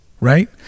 right